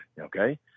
okay